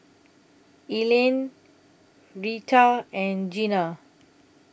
Evelyne Rheta and Jenna